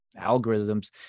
algorithms